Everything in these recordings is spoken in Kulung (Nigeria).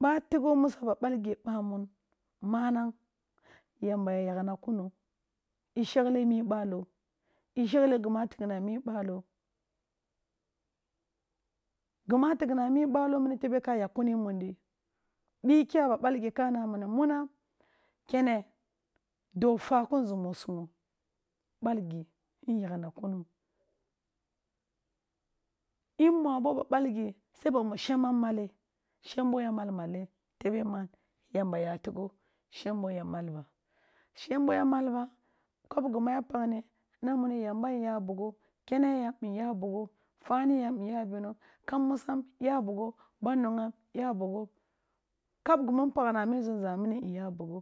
Ba tighp muso a ba balge bamun manag yamba ya yaghna kumo, ishaghe mi balo, ishargle gima tigh ni a mi balo, gima tigh ni a mi balo mini tebe ka yakh kuni mundi bi kye a ba bal gi ka nama munan kene, dofa ki nzumo sugjo, ɓalgi yin yagh na kuro in mu abo ba balgi se bamu shembam male shemboa mal malen, tebe man yamba ya tigho shembo yam alba shembo yam alba ko gima pakh ni nami ni yamba nya bugho kene yem nya ɓugho, faniyam nya ɓugho, kam musam ya ɓugho, faniyam nya bugho, kam musam ya bugho, ban ogham ya bugho, kab gumu npakh ni a mi nzumza mini nya bugho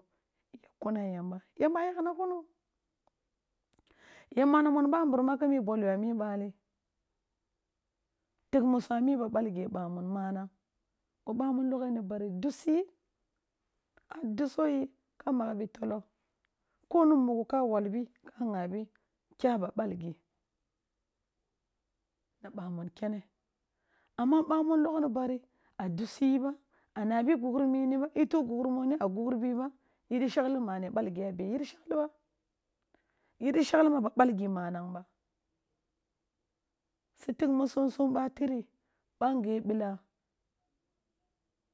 yammbba yakh nak uno. Yamba ni mun bamburam kima i bol yo a mi ɓali. Tigh muso a mi ba bal ge bamun manang pro baun loghe ni bari dusu yi ba duso yi ka magh bi tolo ko ni mughu ka wol bi ka ghabi kye a ba balgi, na bamun kene amma bamun logh ni bari a dusi ba a nabi i gughri mini ba, tu gughri mini a gughri mini ba, yiri shagh mane balgi a be yiri shagh ba. Si tigh musu sum ba tiri, ba nge bila.